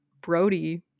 brody